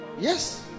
Yes